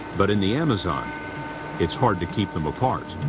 but in the amazon it's hard to keep them apart.